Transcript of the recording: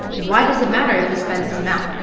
why does it matter if you spend this amount?